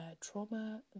trauma